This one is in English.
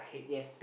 yes